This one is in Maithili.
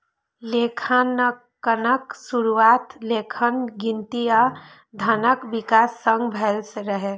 लेखांकनक शुरुआत लेखन, गिनती आ धनक विकास संग भेल रहै